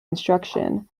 instruction